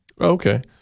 Okay